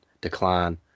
decline